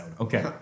Okay